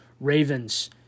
Ravens